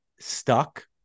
Stuck